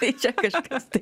tai čia paprastai